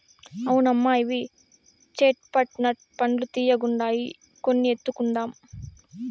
అవునమ్మా ఇవి చేట్ పట్ నట్ పండ్లు తీయ్యగుండాయి కొన్ని ఎత్తుకుందాం